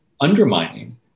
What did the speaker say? undermining